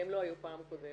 כי הם לא היו פעם קודמת.